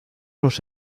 los